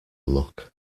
look